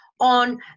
on